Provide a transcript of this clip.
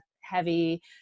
heavy